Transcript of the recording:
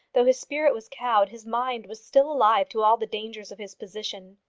though his spirit was cowed, his mind was still alive to all the dangers of his position.